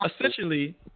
essentially